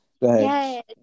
Yes